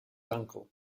uncle